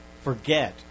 forget